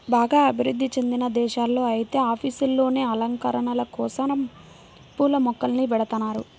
బాగా అభివృధ్ధి చెందిన దేశాల్లో ఐతే ఆఫీసుల్లోనే అలంకరణల కోసరం పూల మొక్కల్ని బెడతన్నారు